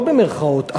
לא במירכאות.